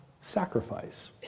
sacrifice